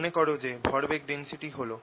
মনে কর যে ভরবেগ ডেন্সিটি হল